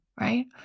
Right